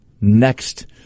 next